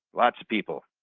lots of people.